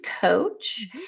coach